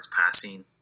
passing